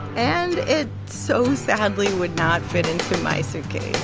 and it so sadly would not fit into my suitcase